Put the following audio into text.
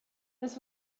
this